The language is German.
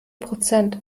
prozent